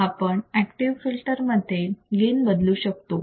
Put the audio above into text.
आपण active filters मध्ये gain बदलू शकतो